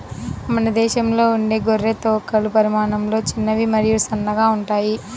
మన దేశంలో ఉండే గొర్రె తోకలు పరిమాణంలో చిన్నవి మరియు సన్నగా ఉంటాయి